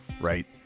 right